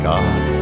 God